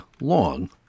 long